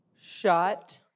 Shut